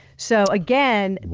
so again,